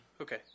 okay